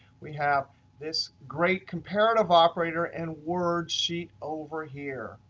we have this great comparative operator and word sheet over here.